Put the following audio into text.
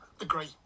agree